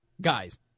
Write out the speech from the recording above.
Guys